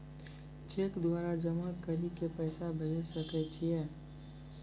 Cheque द्वारा जमा करि के पैसा भेजै सकय छियै?